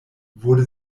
wurde